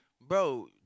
bro